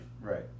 Right